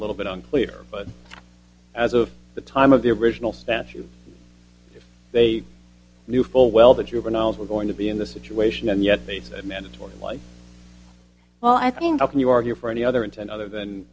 little bit unclear but as of the time of the original statute if they knew full well the juveniles were going to be in the situation and yet they said mandatory life well i think you can you argue for any other intent other than